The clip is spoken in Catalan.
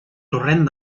torrent